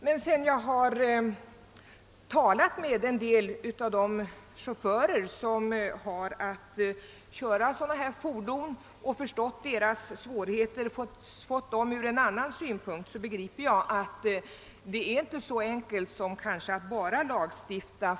Men sedan jag talat med en del av dessa chaufförer och fått del av deras synpunkter, förstår jag att det kanske inte är så enkelt som att bara lagstifta.